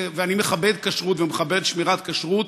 ואני מכבד כשרות ומכבד שמירת כשרות,